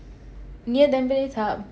near Tampines hub